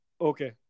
Okay